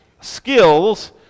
skills